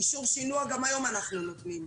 אישור שינוע, גם היום אנחנו נותנים.